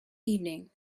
evening